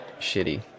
shitty